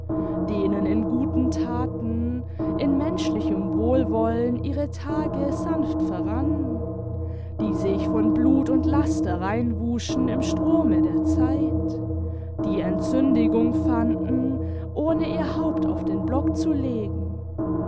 denen in guten thaten in menschlichem wohlwollen ihre tage sanft verrannen die sich von blut und laster rein wuschen im strome der zeit die entsündigung fanden ohne ihr haupt auf den block zu legen